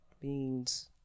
Beans